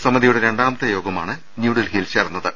സമിതി യുടെ രണ്ടാമത്തെ യോഗമാണ് ന്യൂഡൽഹിയിൽ ചേർന്നത്